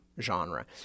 genre